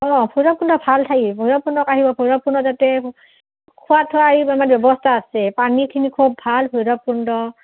অঁ ভৈৰৱকুণ্ড ভাল ঠায়ে ভৈৰৱকুণ্ড আহিব ভৈৰৱকুণ্ড তাতে খোৱা থোৱা এই আমাৰ ব্যৱস্থা আছে পানীখিনি খুব ভাল ভৈৰৱকুণ্ড